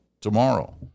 tomorrow